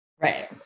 right